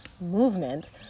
movement